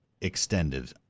extended